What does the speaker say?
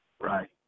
Right